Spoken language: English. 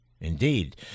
Indeed